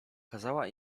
kazała